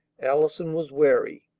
allison was wary.